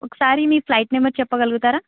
ఒకసారి మీ flight number చెప్పగలుగుతారా